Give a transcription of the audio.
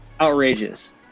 Outrageous